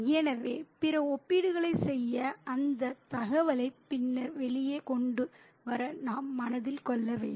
எனவே பிற ஒப்பீடுகளைச் செய்ய அந்த தகவலை பின்னர் வெளியே கொண்டு வர நாம் மனதில் கொள்ள வேண்டும்